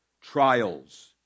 trials